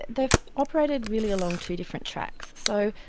they've operated really along two different tracks. so,